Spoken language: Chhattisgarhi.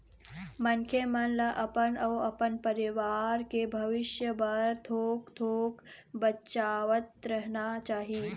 मनखे मन ल अपन अउ अपन परवार के भविस्य बर थोक थोक बचावतरहना चाही